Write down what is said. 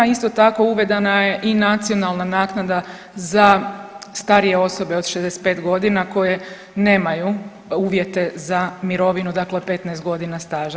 Isto tako, uvedena je i nacionalna naknada za starije osobe od 65 godine koje nemaju uvjete za mirovinu, dakle 15 godina staža.